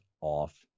off